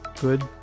good